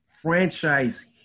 franchise